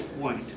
point